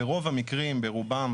ברוב המקרים, ברובם